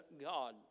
God